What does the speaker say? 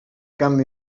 canvi